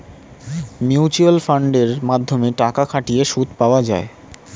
mutual ফান্ডের মাধ্যমে টাকা খাটিয়ে সুদ পাওয়া যায়